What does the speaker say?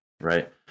right